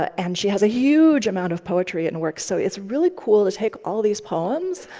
and she has a huge amount of poetry and work. so it's really cool to take all of these poems,